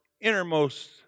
innermost